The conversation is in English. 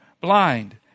blind